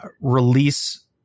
release